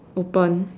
open